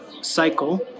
cycle